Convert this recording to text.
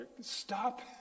Stop